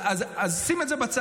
אז שים את זה בצד.